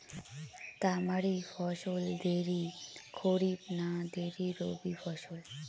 তামারি ফসল দেরী খরিফ না দেরী রবি ফসল?